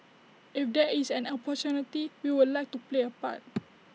if there is an opportunity we would like to play A part